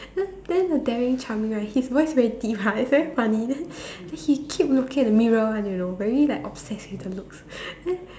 then then the daring charming right his voice very deep ah it's very funny then then he keep looking at the mirror one you know very like obsessed with the looks then